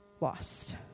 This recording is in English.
lost